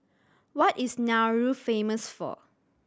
what is Nauru famous for